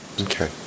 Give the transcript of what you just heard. Okay